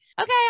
okay